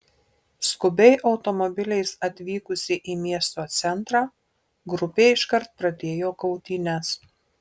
skubiai automobiliais atvykusi į miesto centrą grupė iškart pradėjo kautynes